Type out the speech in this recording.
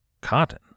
cotton